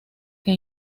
que